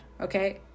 Okay